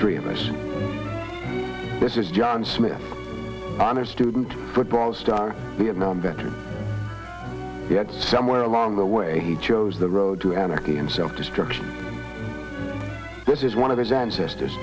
three of us this is john smith honor student football star vietnam veteran yet somewhere along the way he chose the road to anarchy and self destruction this is one of his ancestors